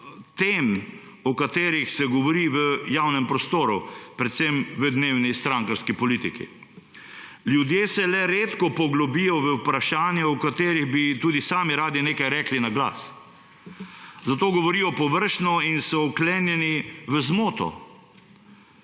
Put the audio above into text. tem, o katerih se govori v javnem prostoru, predvsem v dnevni strankarski politiki. Ljudje se le redko poglobijo v vprašanja, o katerih bi tudi sami radi nekaj rekli na glas, zato govorijo površno in so vklenjeni v zmoto,